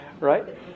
right